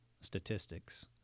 statistics